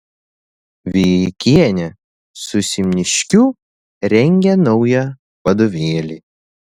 vijeikienė su simniškiu rengia naują vadovėlį